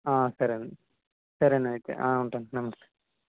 సరే నండి సరే అయితే ఉంటాను నమస్తే